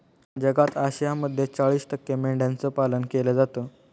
जगात आशियामध्ये चाळीस टक्के मेंढ्यांचं पालन केलं जातं